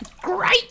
Great